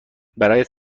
برایت